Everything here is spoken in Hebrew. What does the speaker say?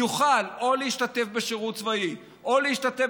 יוכל או להשתתף בשירות צבאי או להשתתף